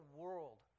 world